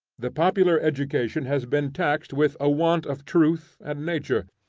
the popular education has been taxed with a want of truth and nature.